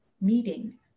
meeting